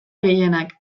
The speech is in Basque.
gehienak